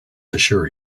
assure